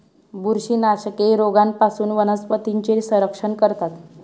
बुरशीनाशके रोगांपासून वनस्पतींचे संरक्षण करतात